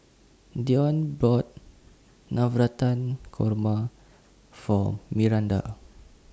Deon bought Navratan Korma For Myranda